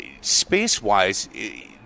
space-wise